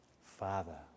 Father